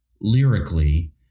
lyrically